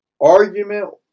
argument